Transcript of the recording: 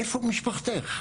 איפה משפחתך?